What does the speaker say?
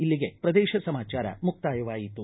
ಇಲ್ಲಿಗೆ ಪ್ರದೇಶ ಸಮಾಚಾರ ಮುಕ್ತಾಯವಾಯಿತು